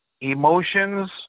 emotions